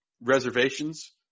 reservations